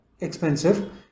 expensive